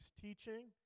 teaching